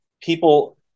people